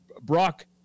Brock